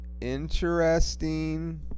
interesting